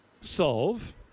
solve